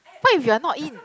what if you're not in